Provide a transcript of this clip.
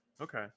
Okay